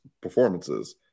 performances